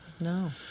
No